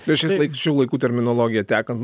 bet šiais laik šių laikų terminologija tekant